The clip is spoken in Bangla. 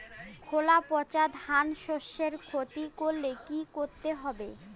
খোলা পচা ধানশস্যের ক্ষতি করলে কি করতে হবে?